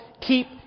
keep